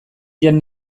jan